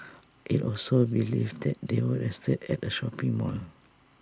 IT also believed that they were arrested at A shopping mall